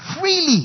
Freely